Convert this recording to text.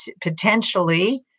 potentially